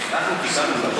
תיקנו את החוק.